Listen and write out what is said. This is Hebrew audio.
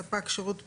ספק שירות בבית),